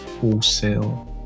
wholesale